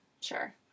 Sure